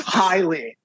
highly